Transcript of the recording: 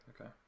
Okay